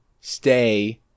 stay